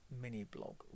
mini-blog